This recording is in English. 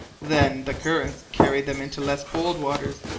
then the currents carry them into less cold waters,